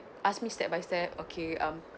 ask me step by step okay um